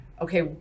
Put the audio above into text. okay